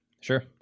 sure